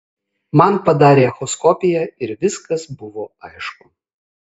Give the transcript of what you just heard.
man padarė echoskopiją ir viskas buvo aišku